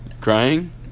Crying